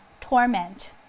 torment